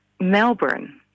melbourne